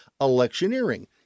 electioneering